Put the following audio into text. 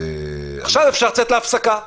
--- עכשיו אפשר לצאת להפסקה.